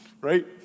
Right